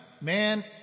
man